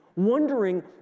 wondering